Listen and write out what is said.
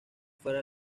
fuera